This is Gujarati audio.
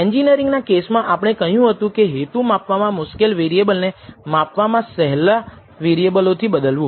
એન્જિનિયરિંગના કેસમાં આપણે કહ્યું હતું કે હેતુ માપવામાં મુશ્કેલ વેરિએબલ ને માપવામાં સહેલા વેરીએબલો થી બદલવું